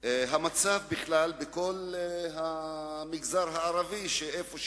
גם המצב במגזר הערבי כולו,